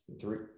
three